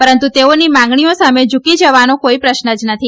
પરંતુ તેઓની માંગણીઓ સામે ઝૂકી જવાનો કોઇ પ્રશ્ન જ નથી